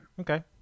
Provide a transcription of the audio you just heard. Okay